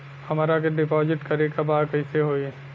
हमरा के डिपाजिट करे के बा कईसे होई?